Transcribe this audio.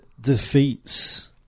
defeats